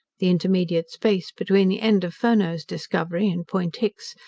the intermediate space between the end of furneaux's discovery and point hicks,